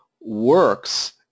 works